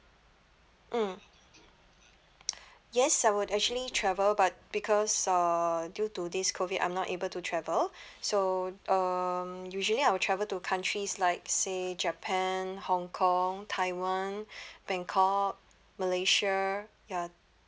mm yes I would actually travel but because uh due to this COVID I'm not able to travel so um usually I will travel to countries like say japan hong kong taiwan bangkok malaysia ya